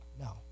No